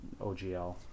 OGL